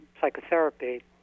psychotherapy